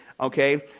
Okay